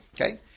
okay